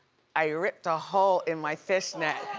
i ripped a hole in my fishnet,